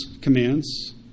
commands